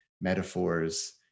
metaphors